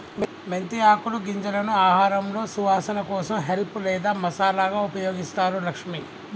మెంతి ఆకులు గింజలను ఆహారంలో సువాసన కోసం హెల్ప్ లేదా మసాలాగా ఉపయోగిస్తారు లక్ష్మి